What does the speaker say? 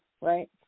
right